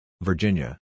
Virginia